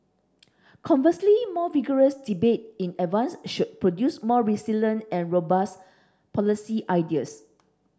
conversely more vigorous debate in advance should produce more resilient and robust policy ideas